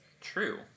True